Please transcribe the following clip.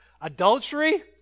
Adultery